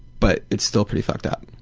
but it's still pretty fucked up.